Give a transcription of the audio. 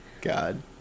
god